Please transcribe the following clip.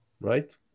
right